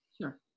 Sure